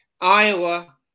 Iowa